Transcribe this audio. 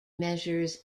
measures